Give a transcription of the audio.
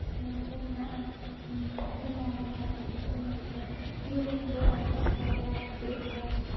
ᱱᱚᱣᱟ ᱠᱚ ᱢᱮᱱᱟᱜᱼᱟ ᱤᱧᱫᱚ ᱱᱚᱣᱟᱜᱮ ᱟᱹᱰᱤ ᱨᱟᱹᱥᱠᱟᱹᱧ ᱟᱹᱭᱠᱟᱹᱣᱟ ᱫᱷᱤᱨᱤ ᱱᱟᱹᱲᱤ ᱥᱮᱛᱟᱜ ᱛᱚᱨᱟ ᱵᱮᱨᱮᱫ ᱛᱚᱨᱟ